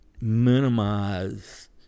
minimize